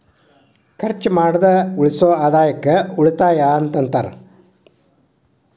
ಖರ್ಚ್ ಮಾಡ್ದ ಉಳಿಸೋ ಆದಾಯಕ್ಕ ಉಳಿತಾಯ ಅಂತಾರ